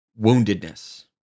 woundedness